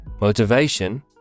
Motivation